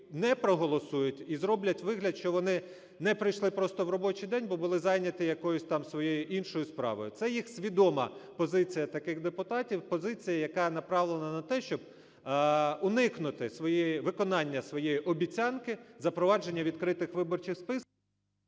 не проголосують і зроблять вигляд, що вони не прийшли просто в робочій день, бо були зайняті якоюсь там своєю іншою справою. Це їх свідома позиція таких депутатів, позиція, яка направлена на те, щоб уникнути виконання своєї обіцянки – запровадження відкритих виборчих списків...